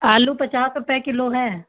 आलू पचास रुपये किलो है